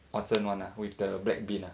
orh 蒸 [one] ah with the black bean ah